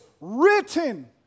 written